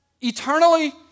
Eternally